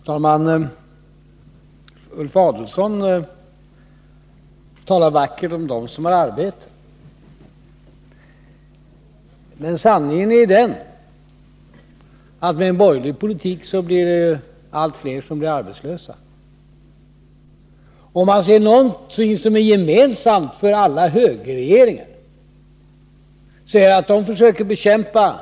Herr talman! Ulf Adelsohn talar vackert om dem som har arbete. Sanningen är att det med en borgerlig politik blir allt fler arbetslösa. Om det är något som är gemensamt för alla högerregeringar så är det att de försöker bekämpa